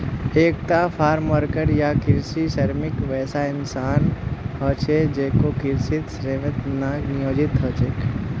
एकता farmworker या कृषि श्रमिक वैसा इंसान ह छेक जेको कृषित श्रमेर त न नियोजित ह छेक